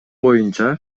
боюнча